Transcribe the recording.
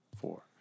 four